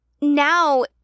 now